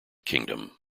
kingdom